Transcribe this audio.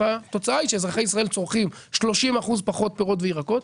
והתוצאה היא שאזרחי ישראל צורכים 30% פחות פירות וירקות.